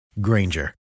Granger